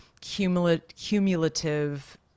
cumulative